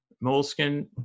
moleskin